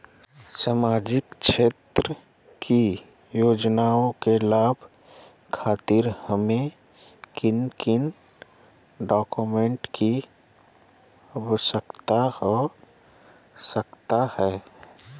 सामाजिक क्षेत्र की योजनाओं के लाभ खातिर हमें किन किन डॉक्यूमेंट की आवश्यकता हो सकता है?